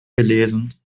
gelesen